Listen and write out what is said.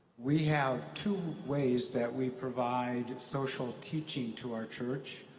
we have two ways that we provide social teaching to our church.